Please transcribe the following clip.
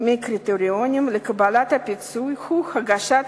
הקריטריונים לקבלת הפיצוי הוא הגשת